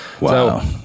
Wow